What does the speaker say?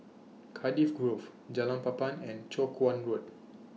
Cardiff Grove Jalan Papan and Chong Kuo Road